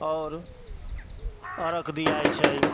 आओर अर्घ दिआइ छै